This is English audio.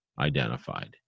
identified